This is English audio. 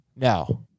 No